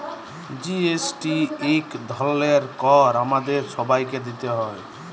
GST ইক ধরলের কর আমাদের ছবাইকে দিইতে হ্যয়